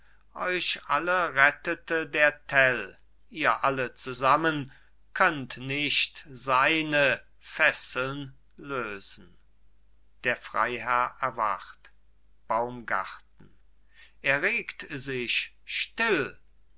euch alle rettete der tell ihr alle zusammen könnt nicht seine fesseln lösen der freiherr erwacht baumgarten er regt sich still